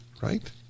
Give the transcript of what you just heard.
right